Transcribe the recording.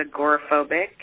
agoraphobic